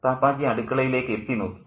പാപ്പാജി അടുക്കളയിലേക്ക് എത്തിനോക്കി